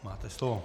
Máte slovo.